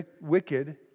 wicked